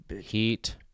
Heat